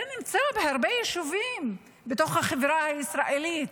זה נמצא בהרבה יישובים בתוך החברה הישראלית.